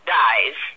dies